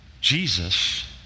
Jesus